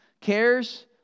Cares